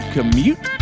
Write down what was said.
Commute